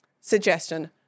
suggestion